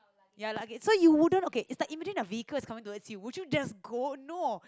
ya lah okay so you wouldn't okay is like imagine a vehicle is coming towards you would you just go no